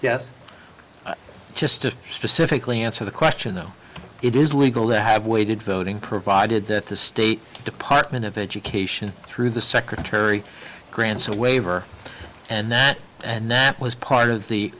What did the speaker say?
yes just to specifically answer the question though it is legal to have waited voting provided that the state department of education through the secretary grants a waiver and that and that was part of the